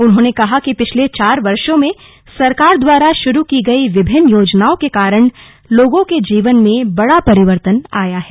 उन्होंने कहा कि पिछले चार वर्षों में सरकार द्वारा शुरू की गई विभिन्न योजनाओं के कारण लोगों के जीवन में बड़ा परिवर्तन आया है